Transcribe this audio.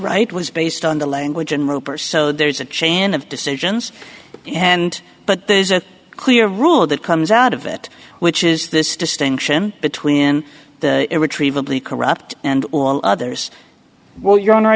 right was based on the language and roper so there's a chain of decisions and but there's a clear rule that comes out of it which is this distinction between irretrievably corrupt and all others well your honor i